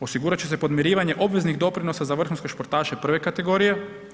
Osigurat će se podmirivanje obveznih doprinosa za vrhunske športaše prve kategorije.